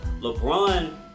LeBron